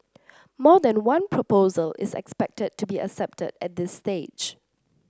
more than one proposal is expected to be accepted at this stage